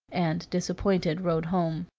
and, disappointed, rode home.